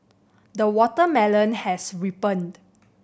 the watermelon has ripened